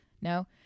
No